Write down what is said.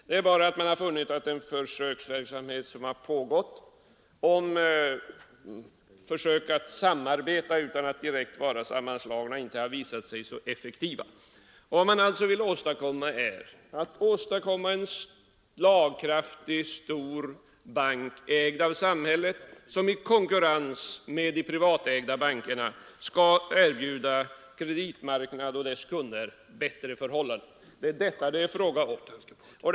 Den försöksverksamhet som har pågått med ett samarbete utan direkt sammanslagning har inte visat sig vara så effektiv. Vad man vill åstadkomma är en stor och slagkraftig samhällsägd bank, som i konkurrens med de privatägda bankerna skall erbjuda kreditmarknaden och dess kunder bättre förhållanden. Det är detta det är frågan om.